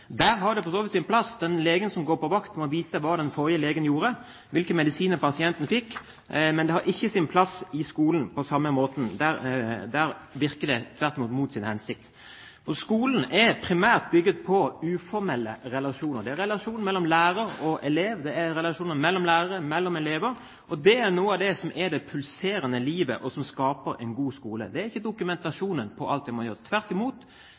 Der har det for så vidt sin plass. Den legen som går på vakt, må vite hva den forrige legen gjorde og hvilke medisiner pasienten fikk. Men det har ikke sin plass i skolen på samme måten. Der virker det tvert imot mot sin hensikt. Skolen er primært bygget på uformelle relasjoner. Det er relasjon mellom lærer og elev, det er relasjoner mellom lærere og mellom elever. Dette er det som er det pulserende livet, og som skaper en god skole – ikke dokumentasjonen på alt det man gjør. Tvert imot